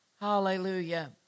Hallelujah